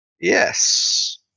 yes